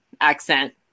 accent